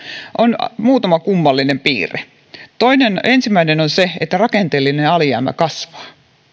on muutama kummallinen piirre ensimmäinen on se että rakenteellinen alijäämä kasvaa